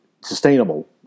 sustainable